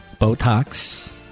Botox